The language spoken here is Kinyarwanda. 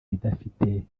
bidafite